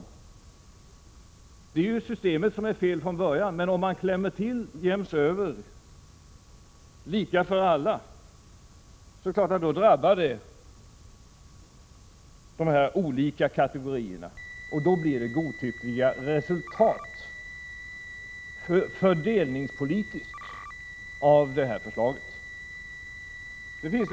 Att det blivit som det har blivit beror ju på att systemet från början var felaktigt. Om man klämmer till jäms över — så att det blir lika för alla —, drabbas självfallet alla kategorier. Fördelningspolitiskt sett blir då resultatet av det här förslaget ”godtyckligt”.